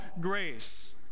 grace